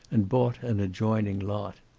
and bought an adjoining lot.